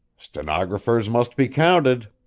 stenographers must be counted.